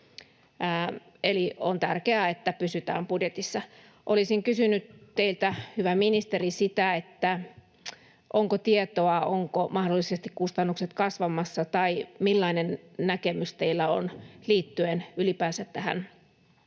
eli on tärkeää, että pysytään budjetissa. Olisin kysynyt teiltä, hyvä ministeri: onko tietoa siitä, ovatko kustannukset mahdollisesti kasvamassa, tai millainen näkemys teillä on liittyen ylipäänsä näihin